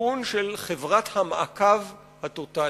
לכיוון של חברת המעקב הטוטלית,